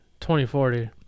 2040